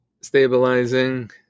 stabilizing